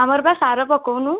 ଆମର ପା ସାର ପକଉନୁ